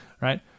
Right